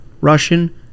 russian